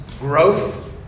growth